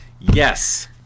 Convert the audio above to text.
Yes